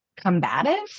combative